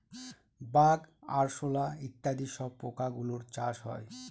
bug, আরশোলা ইত্যাদি সব পোকা গুলোর চাষ হয়